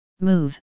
move